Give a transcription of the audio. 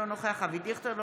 אינו נוכח אבי דיכטר,